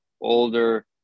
older